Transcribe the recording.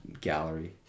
gallery